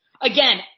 Again